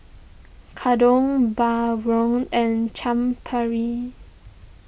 Gyudon Bratwurst and Chaat Papri